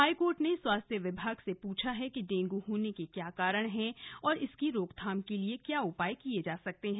high court ने स्वास्थ्य विभाग से पूछा है कि डेंगू होने के कारण क्या है और इसकी रोकथाम के लिए क्या उपाय किए जा सकते है